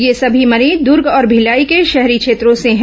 ये सभी मरीज दूर्ग और भिलाई के शहरी क्षेत्रों से हैं